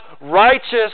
righteous